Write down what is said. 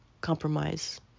compromise